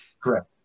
Correct